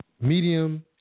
medium